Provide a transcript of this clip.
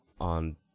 on